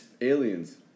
Aliens